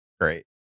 Great